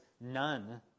none